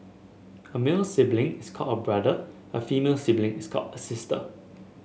a male sibling is called a brother and a female sibling is called a sister